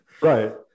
Right